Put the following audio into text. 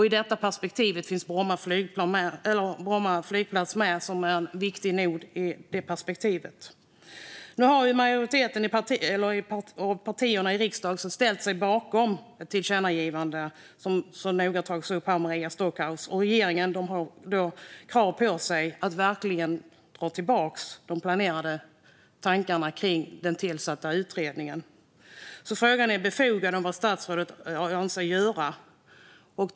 I detta perspektiv finns Bromma flygplats med som en viktig nod. Nu har majoriteten av partierna i riksdagen ställt sig bakom ett tillkännagivande, vilket har tagits upp här av Maria Stockhaus. Regeringen har krav på sig att dra tillbaka de planerade tankarna kring den tillsatta utredningen. Frågan vad statsrådet avser att göra är befogad.